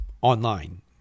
online